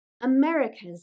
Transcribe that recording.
America's